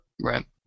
Right